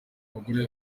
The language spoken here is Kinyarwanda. bagore